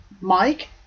Mike